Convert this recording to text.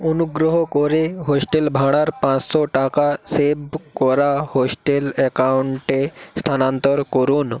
অনুগ্রহ করে হোস্টেল ভাড়ার পাঁচশো টাকা সেভ করা হোস্টেল অ্যাকাউন্টে স্থানান্তর করুন